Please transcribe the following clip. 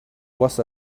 was